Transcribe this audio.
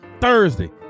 thursday